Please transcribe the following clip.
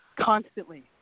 constantly